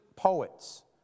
poets